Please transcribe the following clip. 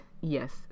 yes